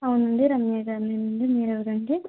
అవునండి రమ్య గారినే అండి మీరెవరండి